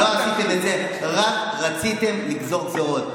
לא עשיתם את זה, רק רציתם לגזור גזרות.